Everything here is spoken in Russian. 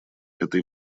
этой